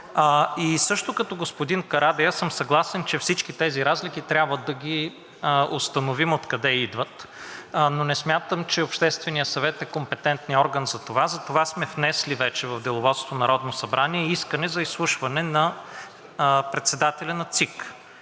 И също като господин Карадайъ съм съгласен, че всички тези разлики трябва да установим откъде идват, но не смятам, че Общественият съвет е компетентният орган за това и затова сме внесли вече в Деловодството на Народното събрание искане за изслушване на председателя на ЦИК.